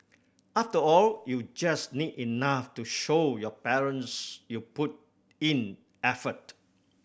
after all you just need enough to show your parents you put in effort